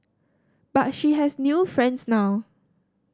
but she has new friends now